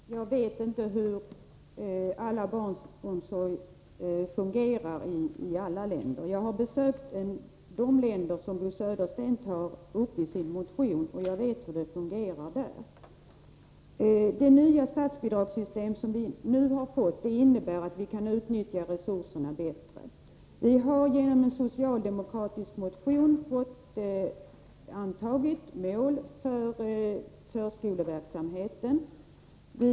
Fru talman! Jag vet inte hur barnomsorgen fungerar i alla länder. Men jag har besökt de länder som Bo Södersten tar upp i sin motion, och jag vet hur det fungerar där. Det statsbidragssystem som vi nu har fått innebär att vi kan utnyttja resurserna bättre. Vi har genom en socialdemokratisk motion fått mål angivna för förskoleverksamheten.